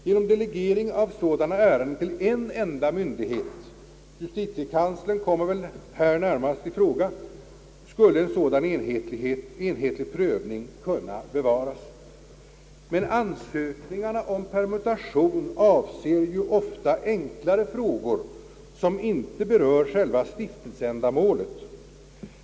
Genom en delegering av sådana ärenden till en enda myndighet — justitiekanslern kommer väl här närmast i fråga — skulle en enhetlig prövning kunna bevaras. Men ansökningarna om permutation avser ju ofta enklare frågor som inte berör själva stiftelseändamålet.